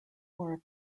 more